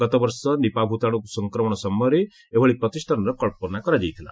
ଗତବର୍ଷ ନିପା ଭୂତାଣୁ ସଂକ୍ରମଣ ସମୟରେ ଏଭଳି ପ୍ରତିଷ୍ଠାନର କଳ୍ପନା କରାଯାଇଥିଲା